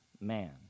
man